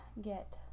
get